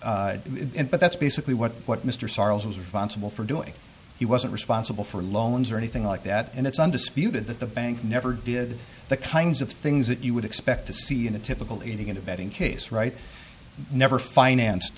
but that's basically what what mr sorrels was responsible for doing he wasn't responsible for loans or anything like that and it's undisputed that the bank never did the kinds of things that you would expect to see in a typical eating in a betting case right never financed